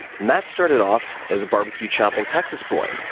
matt started off as a barbecue shopping texas boy.